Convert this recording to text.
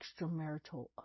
extramarital